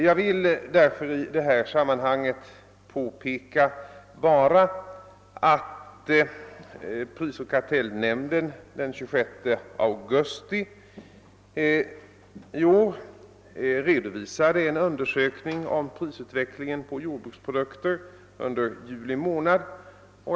Mot denna bakgrund vill jag nu bara påpeka att prisoch kartellnämnden den 26 augusti i år redovisade en undersökning om <prisutvecklingen på jordbruksprodukter under juli månad.